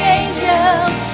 angels